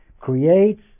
creates